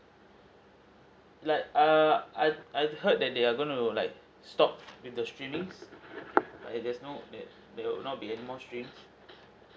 like err I I heard that they they're gonna do like stop with the streaming like there's no there there'll no be anymore stream